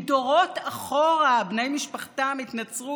כי דורות אחורה בני משפחתם התנצרו.